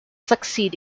succeed